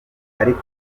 ariko